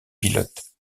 pilotes